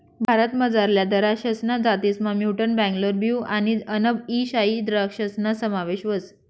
भारतमझारल्या दराक्षसना जातीसमा म्युटंट बेंगलोर ब्लू आणि अनब ई शाही द्रक्षासना समावेश व्हस